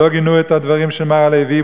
שלא גינו של מר הלוי,